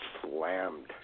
slammed